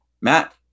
Matt